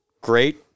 great